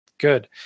Good